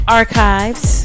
archives